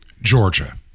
Georgia